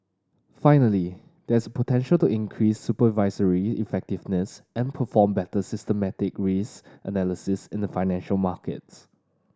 finally there is potential to increase supervisory effectiveness and perform better systemic risk analysis in the financial markets